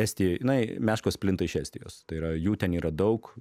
estijoj jinai meškos plinta iš estijos tai yra jų ten yra daug